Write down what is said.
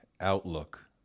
outlook